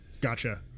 gotcha